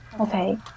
Okay